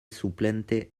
suplente